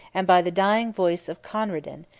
and by the dying voice of conradin,